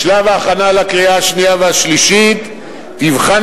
בשלב ההכנה לקריאה השנייה והשלישית תבחן